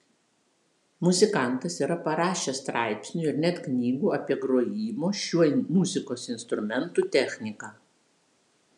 muzikantas yra parašęs straipsnių ir net knygų apie grojimo šiuo muzikos instrumentu techniką